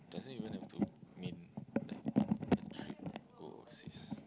doesn't even have to mean like a trip overseas